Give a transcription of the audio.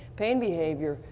pain behavior,